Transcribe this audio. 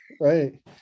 right